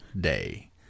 day